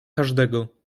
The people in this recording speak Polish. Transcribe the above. każdego